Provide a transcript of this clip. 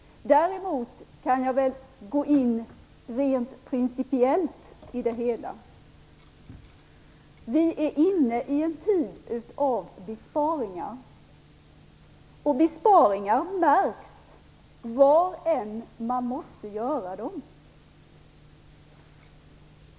Däremot kan jag gå in på frågan rent principiellt. Vi är inne i en tid av besparingar. Besparingarna märks var än man måste göra dem.